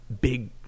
big